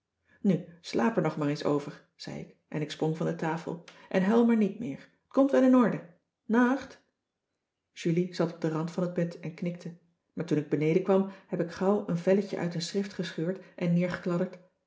slaap er nog maar eens over zei ik en ik sprong van de tafel en huil maar niet meer t komt wel in orde naacht julie zat op de rand van het bed en knikte maar toen ik beneden kwam heb ik gauw een velletje uit een schrift gescheurd en